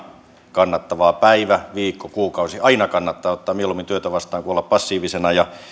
kannattavaa päivän viikon kuukauden verran aina kannattaa ottaa mieluummin työtä vastaan kuin olla passiivisena